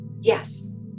yes